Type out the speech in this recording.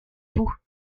vous